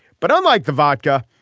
but unlike the vodka.